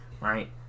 Right